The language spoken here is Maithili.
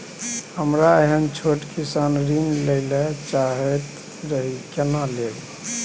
हमरा एहन छोट किसान ऋण लैले चाहैत रहि केना लेब?